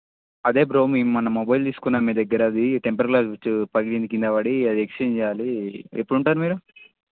అదే బ్రో మేము మొన్న మొబైల్ తీసుకున్నాను మీ దగ్గర అది టెంపర్డ్ గ్లాస్ పగిలింది కింద పడి అది ఎక్స్చేంజ్ చేయాలి ఎప్పుడు ఉంటారు మీరు